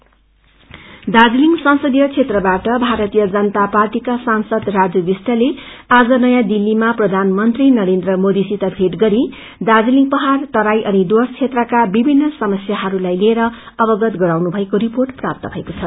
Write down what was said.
MP Bist Darjeeling संसदीय क्षेत्रबाट भारतीय जनता पार्टीका सांसद राजु बिस्टले आज नयाँ दिल्लीमा प्रधानमन्त्री नरेन्द्र मोदीसित भेट गरि दार्जीलिङ पहाड़ तराई अनि डुर्वस क्षेत्रका विभिन्न समस्याहरूलाई लिएर अवगत गराउनु भएको रिर्पोट प्राप्त भएको छ